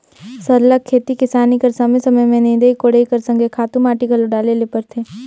सरलग खेती किसानी कर समे समे में निंदई कोड़ई कर संघे खातू माटी घलो डाले ले परथे